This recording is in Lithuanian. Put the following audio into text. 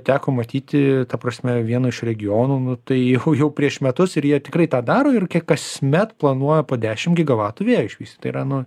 teko matyti ta prasme vieno iš regionų nu tai jau jau prieš metus ir jie tikrai tą daro ir kiek kasmet planuoja po dešim gigavatų vėjo išvystyt tai yra nu